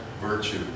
virtue